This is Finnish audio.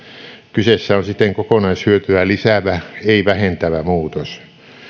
kyseessä on siten kokonaishyötyä lisäävä ei vähentävä muutos